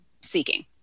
seeking